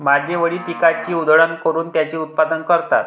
माझे वडील पिकाची उधळण करून त्याचे उत्पादन करतात